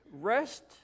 rest